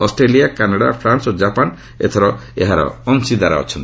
Australia Canada France ଓ Japan ଏଥର ଏହାର ଅଂଶିଦାର ଅଛନ୍ତି